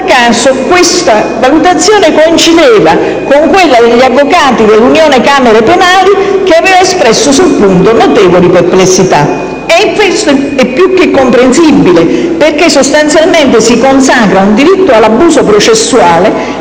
Guarda caso, questa valutazione coincideva con quella degli avvocati dell'Unione camere penali, che aveva espresso sul punto notevoli perplessità. E questo è più che comprensibile, perché sostanzialmente si consacra un diritto all'abuso processuale,